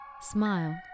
Smile